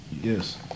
Yes